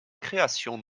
création